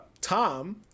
Tom